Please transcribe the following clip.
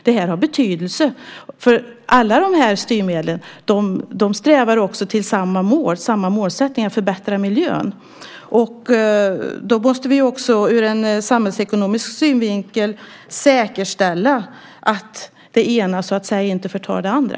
Det har betydelse, för alla de här styrmedlen strävar mot samma mål, att förbättra miljön. Då måste vi också ur en samhällsekonomisk synvinkel säkerställa att det ena inte förtar det andra.